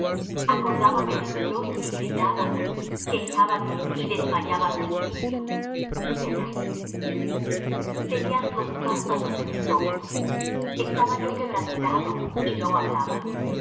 consuelo acordábame de dios y gritaba quejábame y desmayaba mi espíritu selah tenías los párpados de mis ojos estaba yo quebrantado y no hablaba